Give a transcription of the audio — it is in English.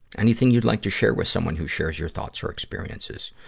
anything you'd like to share with someone who shares your thoughts or experiences?